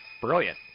brilliant